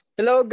Hello